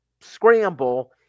scramble